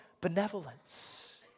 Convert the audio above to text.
benevolence